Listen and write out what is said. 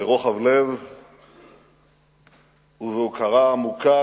ברוחב לב ובהוקרה עמוקה,